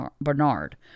Bernard